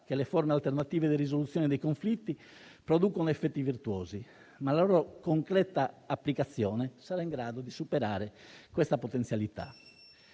che le forme alternative di risoluzione dei conflitti producono effetti virtuosi, ma la loro concreta applicazione sarà in grado di superare questa potenzialità.